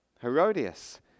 Herodias